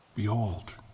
Behold